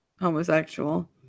homosexual